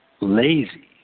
lazy